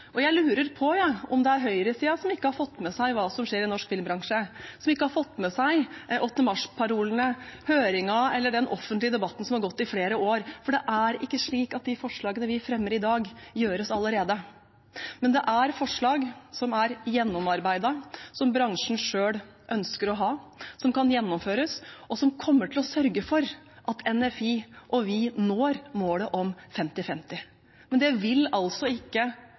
det. Jeg lurer på om det er høyresiden som ikke har fått med seg hva som skjer i norsk filmbransje, som ikke har fått med seg 8. mars-parolene, høringen eller den offentlige debatten som har gått i flere år. For det er ikke slik at de forslagene vi fremmer i dag, gjøres allerede. Det er forslag som er gjennomarbeidet, som bransjen selv ønsker å ha, som kan gjennomføres, og som kommer til å sørge for at NFI og vi når målet om femti-femti. Men det vil altså ikke